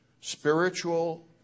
spiritual